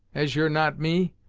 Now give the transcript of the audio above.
as you're not me,